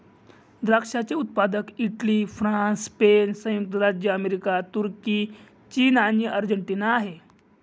द्राक्षाचे उत्पादक Italy, France, Spain, संयुक्त राज्य अमेरिका, तुर्की, चीन आणि अर्जेंटिना आहे